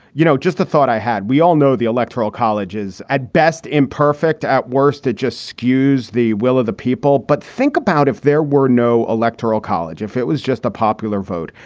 you know, just a thought i had. we all know the electoral college is at best imperfect. at worst, it just skews the will of the people. but think about if there were no electoral college, if it was just a popular vote,